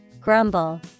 Grumble